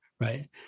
right